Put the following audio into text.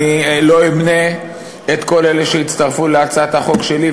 אני לא אמנה את כל אלה שהצטרפו להצעת החוק שלי.